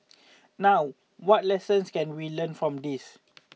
now what lessons can we learn from this